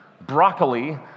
broccoli